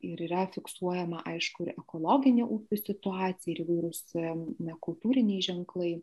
ir yra fiksuojama aišku ir ekologinė upių situacija ir įvairūs na kultūriniai ženklai